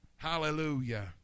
Hallelujah